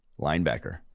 linebacker